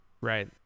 Right